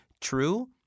True